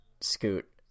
Scoot